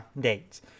dates